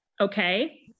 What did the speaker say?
Okay